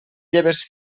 lleves